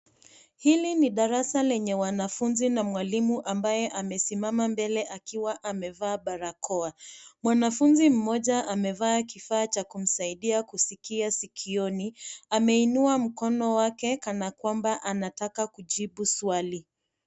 Hili ni darasa lenye wanafunzi na mwalimu ambaye amesimama mbele akiwa amevaa barakoa. Mwanafunzi mmoja amevaa kifaa cha kumsaidia kusikia sikioni. Ameinua mkono wake kana kwamba anataka kujibu swali.